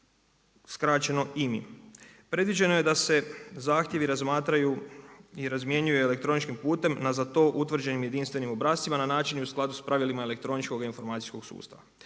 skraćeno IMI. Predviđeno je da se zahtjevi razmatraju i razmjenjuju elektroničkim putem na za to utvrđenim jedinstvenim obrascima na način i u skladu s pravilima elektroničkog informacijskog sustava.